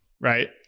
right